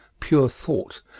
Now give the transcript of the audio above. pure thought,